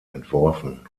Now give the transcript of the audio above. entworfen